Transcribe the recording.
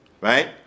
Right